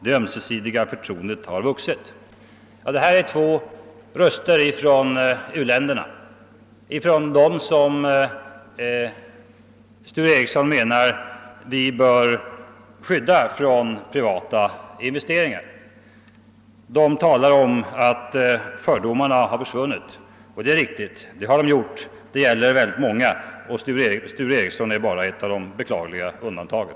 Det ömsesidiga förtroendet har vuxit.» Detta är två röster från u-länderna, från dem som herr Sture Ericson menar att vi bör skydda från privata investeringar. De talar om att fördomarna har försvunnit, och det är riktigt. Det har de gjort. Det gäller många, och Sture Ericson är endast ett av de beklagliga undantagen.